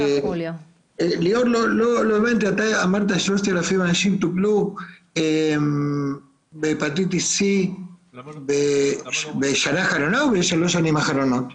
ליאור אמר ש-3,000 אנשים טופלו בהפטיטיס C. זה בשנה האחרונה או בשלוש השנים האחרונות?